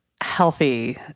healthy